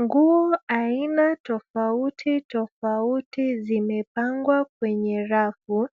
Nguo aina tofauti tofauti zimepangwa kwenye rafu